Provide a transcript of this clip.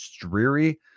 Dreary